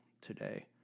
today